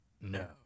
No